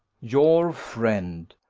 your friend.